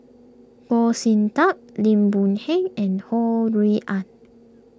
Goh Sin Tub Lim Boon Keng and Ho Rui An